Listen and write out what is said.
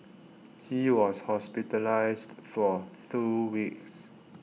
he was hospitalised for two weeks